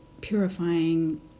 purifying